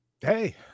hey